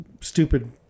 stupid